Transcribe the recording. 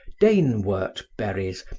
danewort berries,